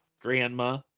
grandma